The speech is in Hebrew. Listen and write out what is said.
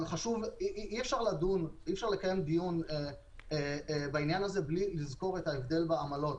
אבל אי אפשר לקיים דיון בעניין הזה בלי לזכור את ההבדל בעמלות,